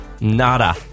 Nada